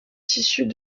tissus